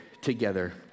together